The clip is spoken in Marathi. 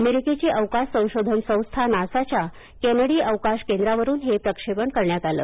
अमेरिकेची अवकाश संशोधन संस्था नासाच्या केनेडी अवकाश केंद्रावरून हे प्रक्षेपण करण्यात आलं